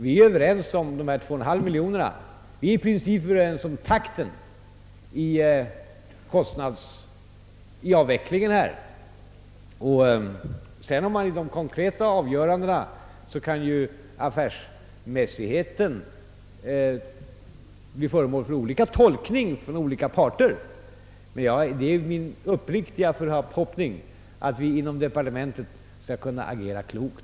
Vi är överens om de 2!/2 miljonerna — vi är i princip överens om takten i avvecklingen. Beträffande de konkreta avgörandena kan ju affärsmässigheten bli föremål för olika tolkningar av olika parter, men det är min uppriktiga förhoppning att vi inom departementet skall kunna agera klokt.